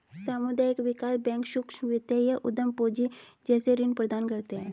सामुदायिक विकास बैंक सूक्ष्म वित्त या उद्धम पूँजी जैसे ऋण प्रदान करते है